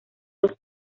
dos